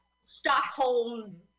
Stockholm